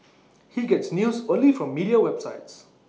he gets news only from media websites